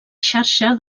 xarxa